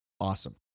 Awesome